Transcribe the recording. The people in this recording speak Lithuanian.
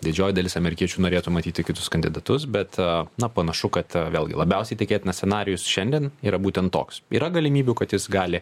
didžioji dalis amerikiečių norėtų matyti kitus kandidatus bet na panašu kad vėlgi labiausiai tikėtinas scenarijus šiandien yra būtent toks yra galimybių kad jis gali